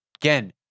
Again